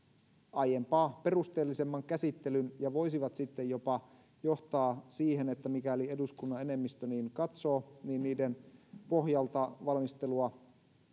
aiempaa perusteellisemman käsittelyn ja voisivat sitten jopa johtaa siihen että mikäli eduskunnan enemmistö niin katsoo niiden pohjalta valmistelua